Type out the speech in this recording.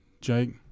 Jake